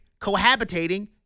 cohabitating